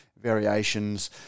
variations